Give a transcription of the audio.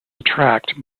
attract